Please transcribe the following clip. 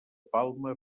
palma